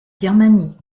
birmanie